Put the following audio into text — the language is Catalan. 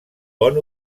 bon